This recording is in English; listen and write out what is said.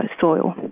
soil